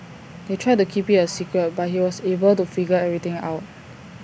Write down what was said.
they tried to keep IT A secret but he was able to figure everything out